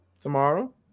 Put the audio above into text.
tomorrow